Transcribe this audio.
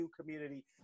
community